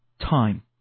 time